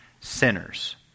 sinners